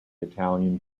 italian